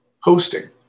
hosting